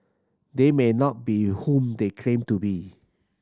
they may not be whom they claim to be